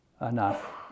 enough